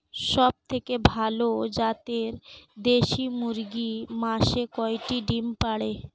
সবথেকে ভালো জাতের দেশি মুরগি মাসে কয়টি ডিম পাড়ে?